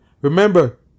Remember